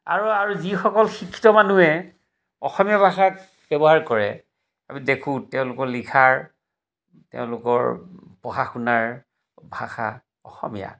আৰু আৰু যিসকল শিক্ষিত মানুহে অসমীয়া ভাষাক ব্যৱহাৰ কৰে আমি দেখোঁ তেওঁলোকৰ লিখাৰ তেওঁলোকৰ পঢ়া শুনাৰ ভাষা অসমীয়া